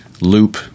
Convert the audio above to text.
loop